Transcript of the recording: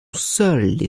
seul